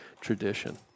tradition